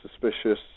suspicious